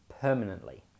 permanently